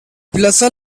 plaça